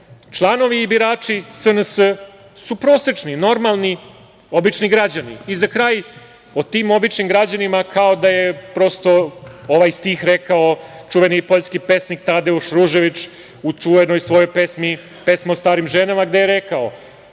Članovi i birači SNS su prosečni, normalni, obični građani. Za kraj, tim običnim građanima kao da je ovaj stih rekao čuveni poljski pesnik Tadeuš Ruževič u čuvenoj svojoj pesmi „Pesme o starim ženama“, gde je rekao